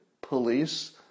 police